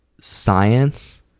science